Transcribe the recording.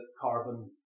carbon